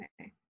Okay